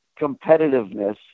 competitiveness